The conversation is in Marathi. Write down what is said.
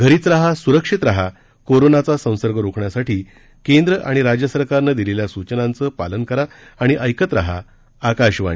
घरीच रहा सुरक्षित रहा कोरोनाचा संसर्ग रोखण्यासाठी केंद्र आणि राज्य सरकारनं दिलेल्या सूचनांचं पालन करा आणि ऐकत रहा आकाशवाणी